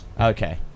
Okay